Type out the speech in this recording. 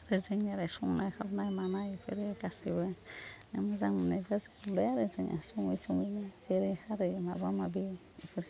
ओजों आरो संनाय खावनाय मानाय बेफोरो गासैबो मोजां मोन्नायखौ सङो आरो जोङो सङै सङैनो जेरै खारै माबा माबि बेफोरखौ